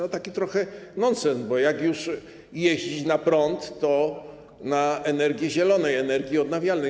To taki trochę nonsens, bo jak już jeździć na prąd, to na energii zielonej, energii odnawialnej.